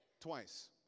twice